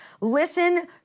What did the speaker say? Listen